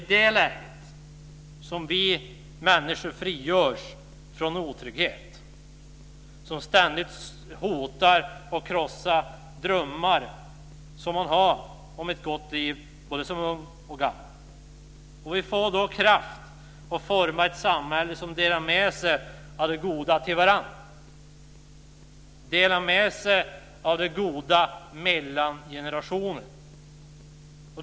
I det läget frigörs vi människor från den otrygghet som ständigt hotar att krossa drömmar om ett gott liv både som ung och gammal. Vi får då kraft att forma ett samhälle där vi delar med oss av det goda till varandra och mellan generationerna.